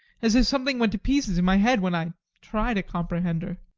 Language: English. as if something went to pieces in my head when i try to comprehend her.